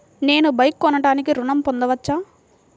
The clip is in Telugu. నేను బైక్ కొనటానికి ఋణం పొందవచ్చా?